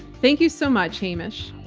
thank you so much, hamish.